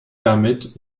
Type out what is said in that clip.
damit